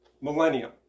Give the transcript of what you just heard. millennium